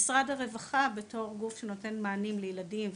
משרד הרווחה בתור גוף שנותן מענים לילדים ומשפחות,